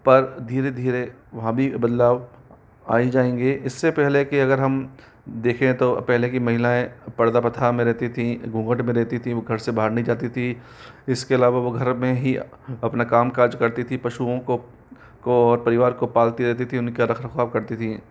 पर धीरे धीरे वहाँ भी बदलाव आ ही जाएंगे इससे पहले कि अगर हम देखा तो पहले कि महिलायें पर्दा प्रथा में रहती थी घूँघट में रहती थी वह घर से बाहर नहीं जाती थी इसके अलावा घर में ही अपना काम काज करती थी पशुओं को और परिवार को पालती रहती थी उनका रख रखाव करती थी